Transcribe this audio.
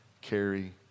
carry